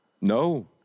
No